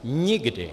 Nikdy!